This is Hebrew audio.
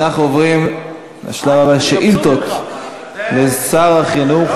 אנחנו עוברים לשלב הבא: שאילתות לשר החינוך.